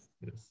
yes